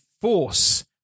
force